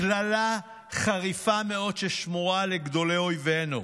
קללה חריפה מאוד, ששמורה לגדולי אויבינו.